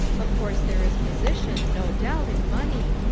of course there is position, no doubt, and money,